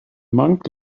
monk